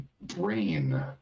brain